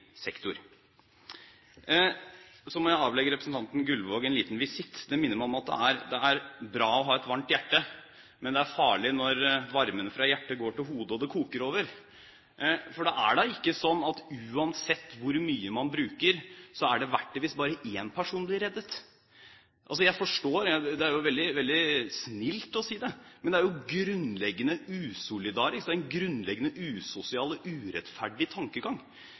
sektor. Så må jeg avlegge representanten Gullvåg en liten visitt. Det minner meg om at det er bra å ha et varmt hjerte, men det er farlig når varmen fra hjertet går til hodet og det koker over. For det er da ikke sånn at uansett hvor mye man bruker, er det verdt det hvis bare én person blir reddet. Det er jo veldig snilt å si det, men det er grunnleggende usolidarisk og en grunnleggende usosial og urettferdig tankegang.